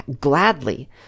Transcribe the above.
gladly